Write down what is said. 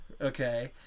okay